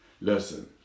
Listen